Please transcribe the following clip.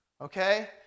Okay